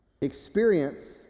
experience